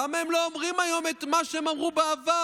למה הם לא אומרים היום את מה שהם אמרו בעבר?